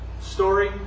story